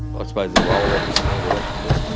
ah suppose the rolex and all the rest of it.